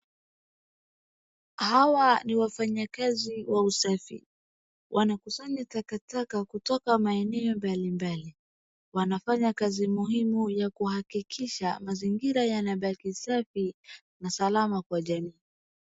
Hawa ni wafanyakazi wa usafi. Wanakusanya takataka kutoka maeneo mbalimbali. Wanafanya muhimu ya kuhakikisha mazingira yanabaki safi na salama kwa jamii.